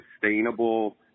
sustainable